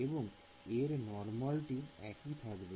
এবং এর নরমালটি একই থাকবে